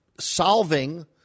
solving